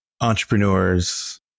entrepreneurs